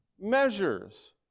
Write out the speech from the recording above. measures